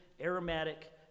aromatic